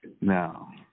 now